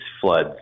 floods